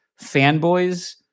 Fanboys